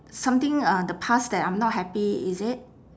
something uh the past that I'm not happy is it